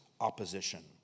opposition